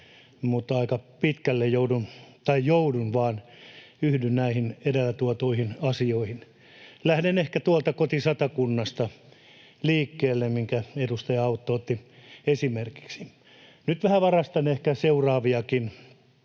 mutta aika pitkälle joudun, tai en joudu vaan yhdyn näihin edellä tuotuihin asioihin. Lähden liikkeelle tuolta koti-Satakunnasta, minkä edustaja Autto otti esimerkiksi. Nyt vähän varastan ehkä seuraaviakin